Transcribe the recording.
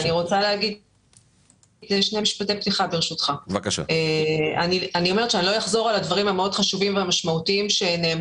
יש מספיק מחקרים שתומכים בכל הטענות שהועלו